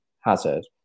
Hazard